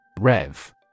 Rev